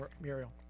Muriel